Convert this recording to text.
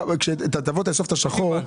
תעבדו.